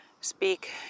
speak